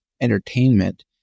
entertainment